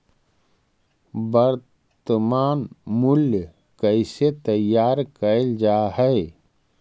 वर्तनमान मूल्य कइसे तैयार कैल जा हइ?